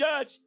Judge